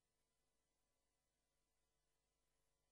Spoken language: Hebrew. נאמנות